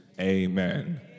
Amen